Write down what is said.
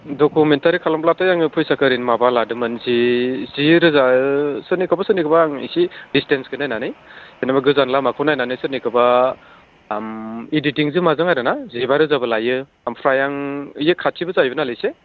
documentary खालामब्लाथाय आङो फैसाखौ ओरैनो माबा लादोंमोन जि जि रोजा सोरनिखौबा सोरनिखौबा आं एसे डिस्टेनसखौ नायनानै जेनेबा गोजान लामाखौ नायनानै सोरनिखौबा इडिटिंजों माजों आरो ना जिबा रोजाबो लायो आमफ्राय आं इयो खाथिबो जाहैबाय नालाय एसे